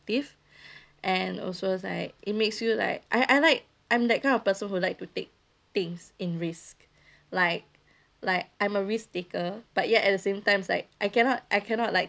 active and also it's like it makes you like I I like I'm that kind of person who like to take things in risk like like I'm a risk taker but yet at the same times like I cannot I cannot like